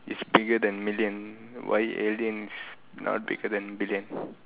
is bigger than million why alien is not bigger than billion